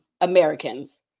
Americans